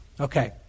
Okay